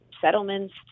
settlements